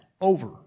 over